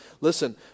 Listen